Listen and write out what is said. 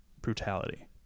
brutality